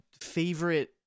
favorite